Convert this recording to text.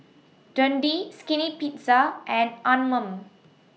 Dundee Skinny Pizza and Anmum